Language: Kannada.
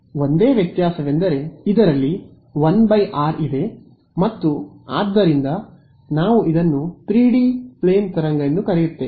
ಒಂದೇ ವ್ಯತ್ಯಾಸವೆಂದರೆ ಇದರಲ್ಲಿ 1 r ಇದೆ ಮತ್ತು ಆದ್ದರಿಂದ ನಾವು ಇದನ್ನು 3D ಪ್ಲೇನ್ ತರಂಗ ಎಂದು ಕರೆಯುತ್ತೇವೆ